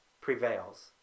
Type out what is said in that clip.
prevails